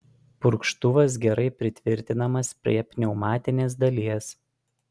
purkštuvas gerai pritvirtinamas prie pneumatinės dalies